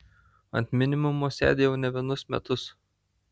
ant minimumo sėdi jau ne vienus metus